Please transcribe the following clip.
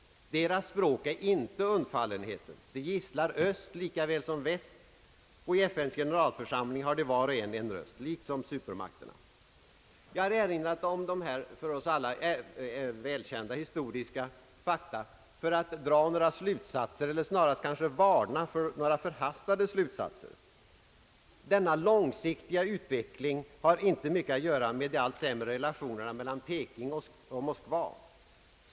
Deras språk är inte undfallenhe tens. De gisslar öst lika väl som väst, och i FN:s generalförsamling har de var och en en röst, liksom supermakterna. Jag har erinrat om dessa för oss alla välkända historiska fakta för att dra några slutsatser, eller kanske snarast varna för några förhastade slutsatser. Denna långsiktiga utveckling har inte mycket att göra med de allt sämre relationerna mellan Peking och Moskva.